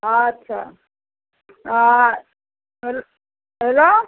अच्छा आ हे हेलो